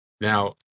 Now